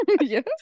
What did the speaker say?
Yes